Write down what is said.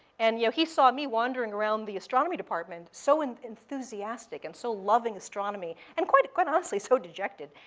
and you know he saw me wandering around the astronomy department, so and enthusiastic, and so loving astronomy, and quite quite honestly, so dejected,